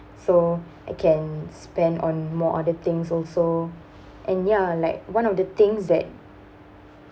so I can spend on more other things also and ya like one of the things that